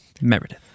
Meredith